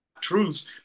truth